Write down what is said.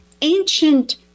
Ancient